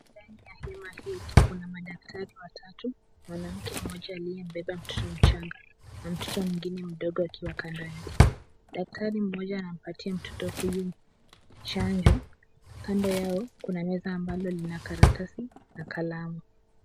Ndani ya hema hii kuna madaktari watatu, mwanamke aliyembeba mtoto mchanga na mtoto mwingine mdogo akiwa kando yake. Daktari mmoja anampa mtoto huyu chanjo. Kando yao kuna meza ambayo ina karatasi na kalamu.